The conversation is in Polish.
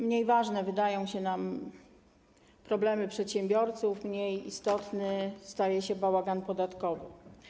Mniej ważne wydają się nam problemy przedsiębiorców, mniej istotny staje się bałagan podatkowy.